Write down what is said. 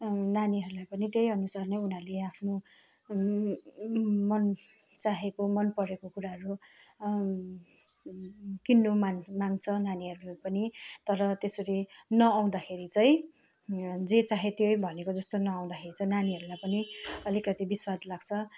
नानीहरूलाई पनि त्यही अनुसार नै उनीहरूले आफ्नो मन चाहेको मनपरेको कुराहरू किन्नु मा मान्छ नानीहरू पनि तर त्यसरी नआउँदाखेरि चाहिँ जे चाह्यो त्यो भनेको जस्तो नआउँदाखेरि चाहिँ नानीहरूलाई पनि अलिकति बिस्वाद लाग्छ